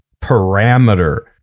parameter